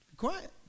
Quiet